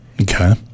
Okay